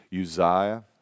Uzziah